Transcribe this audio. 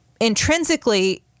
intrinsically